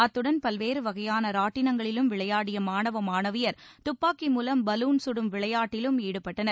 அத்துடன் பல்வேறு வகையான ராட்டினங்களிலும் விளையாடிய மாணவ மாணவியர் துப்பாக்கி மூலம் பலூன் சுடும் விளையாட்டிலும் ஈடுபட்டனர்